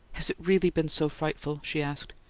has it really been so frightful? she asked.